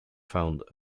found